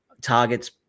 Target's